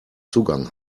zugang